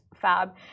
fab